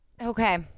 okay